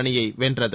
அணியை வென்றது